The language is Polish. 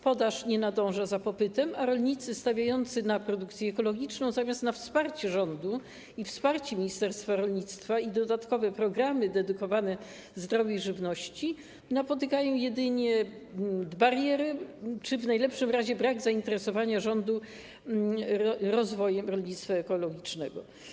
Podaż nie nadąża za popytem, a rolnicy stawiający na produkcję ekologiczną zamiast na wsparcie rządu i ministerstwa rolnictwa czy dodatkowe programy dedykowane zdrowej żywności napotykają jedynie bariery, a w najlepszym razie brak zainteresowania rządu rozwojem rolnictwa ekologicznego.